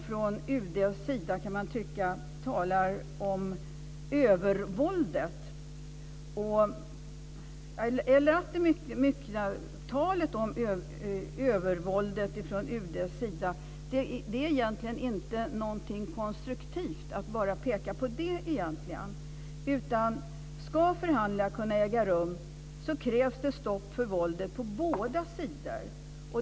Från UD talar man mycket om övervåldet. Det är inte konstruktivt att bara peka på det. Ska förhandlingar kunna äga rum krävs det stopp för våldet på båda sidor.